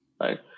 right